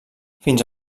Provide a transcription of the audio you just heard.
fins